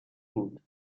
بود